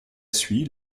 suit